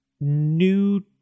New